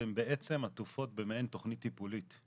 הן בעצם עטופות במעין תכנית טיפולית.